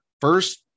first